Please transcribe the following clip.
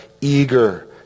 eager